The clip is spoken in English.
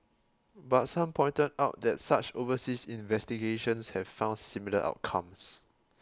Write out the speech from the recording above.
but some pointed out that such overseas investigations have found similar outcomes